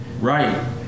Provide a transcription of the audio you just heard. Right